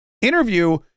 Interview